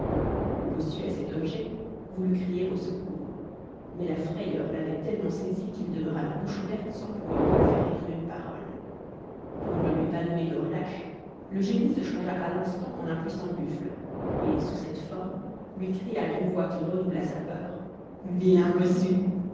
le bossu à cet objet voulut crier au secours mais la frayeur l'avait tellement saisi qu'il demeura la bouche ouverte sans pouvoir proférer une parole pour ne lui pas donner de relâche le génie se changea à l'instant en un puissant buffle et sous cette forme lui cria d'une voix qui redoubla sa peur vilain bossu